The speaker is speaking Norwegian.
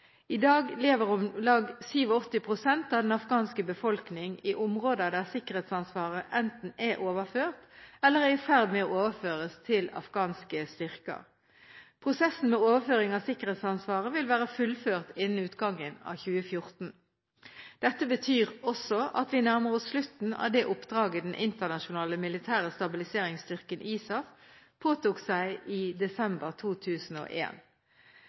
I dag lever om lag 87 pst. av den afghanske befolkning i områder der sikkerhetsansvaret enten er overført eller er i ferd med å overføres til afghanske styrker. Prosessen med overføring av sikkerhetsansvaret vil være fullført innen utgangen av 2014. Dette betyr også at vi nærmer oss slutten av det oppdraget den internasjonale militære stabiliseringsstyrken, ISAF, påtok seg i desember